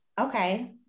Okay